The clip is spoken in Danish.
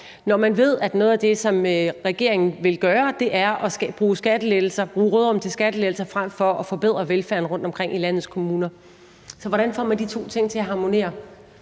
når man ved, at noget af det, som regeringen vil gøre, er at bruge råderummet til skattelettelser frem for at forbedre velfærden rundtomkring i landets kommuner? Så hvordan får man de to ting til at harmonere?